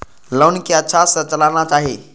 Loan के अच्छा से चलाना चाहि?